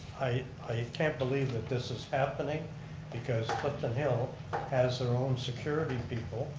i i can't believe that this is happening because clifton hill has their own security people,